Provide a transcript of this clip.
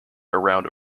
around